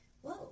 whoa